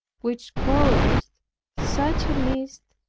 which caused such a mist,